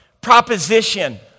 Proposition